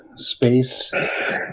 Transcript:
Space